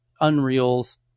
Unreal's